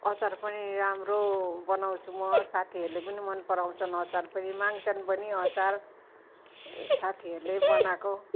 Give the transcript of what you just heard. अचार पनि राम्रो बनाउँछु म साथीहरूले पनि मन पराउँछन् अचार पनि माग्छन् पनि अचार साथीहरूले बनाएको